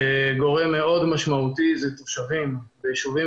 גורם מאוד משמעותי זה תושבים בישובים